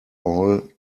all